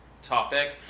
topic